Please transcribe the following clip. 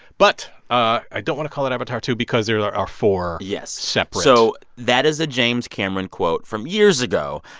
but ah i don't want to call it avatar two because there are are four. yes. separate. so that is a james cameron quote from years ago.